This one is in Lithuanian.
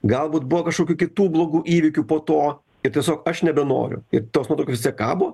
galbūt buvo kažkokių kitų blogų įvykių po to ir tiesiog aš nebenoriu ir tos nuotraukos vis tiek kabo